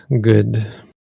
good